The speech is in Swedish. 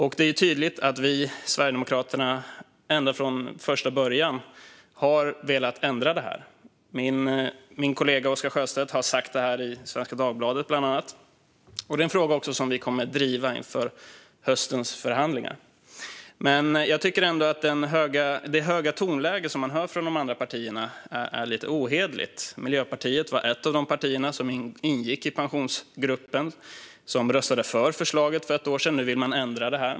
Och det är tydligt att vi i Sverigedemokraterna ända från första början har velat ändra detta. Min kollega Oscar Sjöstedt har sagt detta i bland annat Svenska Dagbladet. Det är också en fråga som vi kommer att driva inför höstens förhandlingar. Jag tycker ändå att det höga tonläge som man hör från de andra partierna är lite ohederligt. Miljöpartiet var ett av de partier som ingick i Pensionsgruppen och som röstade för förslaget för ett år sedan. Nu vill de ändra detta.